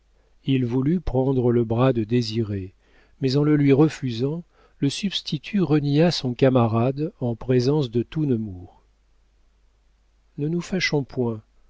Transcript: il voulut prendre le bras de désiré mais en le lui refusant le substitut renia son camarade en présence de tout nemours ne nous fâchons point